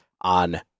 on